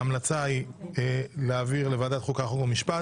ההמלצה היא להעביר לוועדת חוקה, חוק ומשפט.